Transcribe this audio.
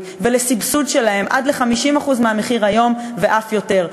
ולסבסוד שלהם עד ל-50% מהמחיר היום ואף יותר.